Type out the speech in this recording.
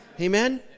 Amen